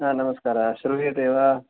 हा नमस्कारः श्रूयते वा